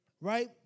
Right